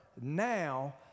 Now